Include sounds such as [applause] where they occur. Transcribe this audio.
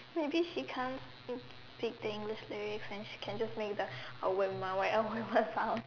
maybe she can't speak the English lyrics and she can just make the [noise] [laughs] sound